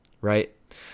right